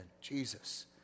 Jesus